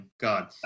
God